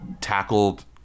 tackled